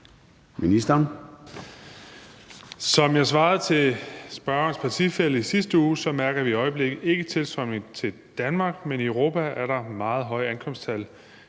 Som jeg svarede til spørgerens partifælle i sidste uge, mærker vi i øjeblikket ikke tilstrømning til Danmark, men i Europa er der meget høje ankomsttal